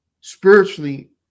spiritually